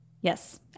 yes